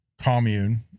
commune